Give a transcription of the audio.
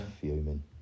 fuming